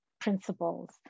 principles